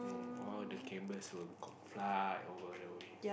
um all the canvas will cook fly over the way